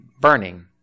burning